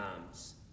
times